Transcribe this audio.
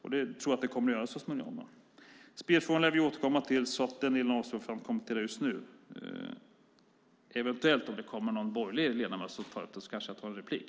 Jag tror att det kommer att ske så småningom. Spelfrågorna lär vi återkomma till. Den delen avstår jag från att kommentera just nu. Om någon borgerlig ledamot tar upp dem kanske jag begär replik.